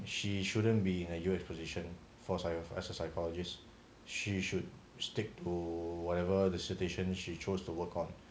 she shouldn't be a U_X position for science as a psychologist she should stick to whatever the situation she chose to work on